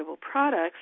products